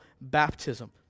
baptism